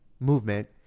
movement